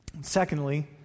Secondly